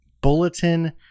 bulletin